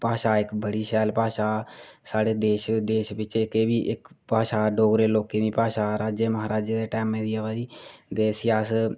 भाशा इक्क बड़ी शैल भाशा साढ़े देश बिच एह्बी इक्क भाशा डोगरे लोकें दी भाशा राजे म्हाराजें दे टैम दी आवा दी ते इसी अस